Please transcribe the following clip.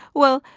well,